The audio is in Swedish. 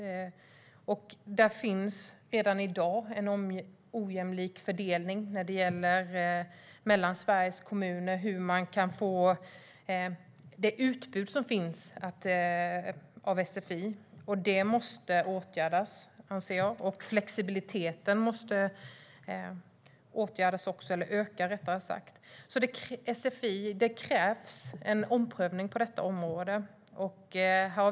Det är också redan i dag en ojämlik fördelning av sfi-utbudet mellan Sveriges kommuner. Detta måste åtgärdas, anser jag. Dessutom måste flexibiliteten öka. Det krävs en omprövning på sfi-området.